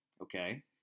Okay